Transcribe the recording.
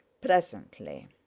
presently